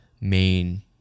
main